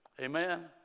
Amen